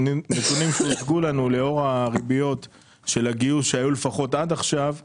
שהנתונים שהוצגו לנו לאור הריביות של הגיוס שהיו עד עכשיו מצדיקים,